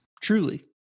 Truly